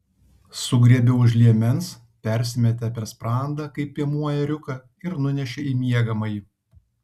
sugriebė už liemens persimetė per sprandą kaip piemuo ėriuką ir nunešė į miegamąjį